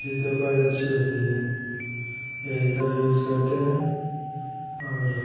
जिससे उपज़ अच्छी होती है यही सब यूज़ करते हैं और